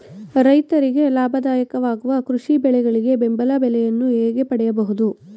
ರೈತರಿಗೆ ಲಾಭದಾಯಕ ವಾಗುವ ಕೃಷಿ ಬೆಳೆಗಳಿಗೆ ಬೆಂಬಲ ಬೆಲೆಯನ್ನು ಹೇಗೆ ಪಡೆಯಬಹುದು?